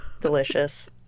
Delicious